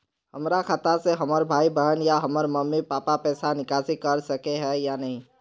हमरा खाता से हमर भाई बहन या हमर मम्मी पापा पैसा निकासी कर सके है या नहीं?